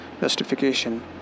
justification